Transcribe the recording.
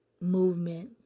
movement